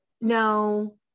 No